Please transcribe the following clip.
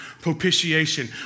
propitiation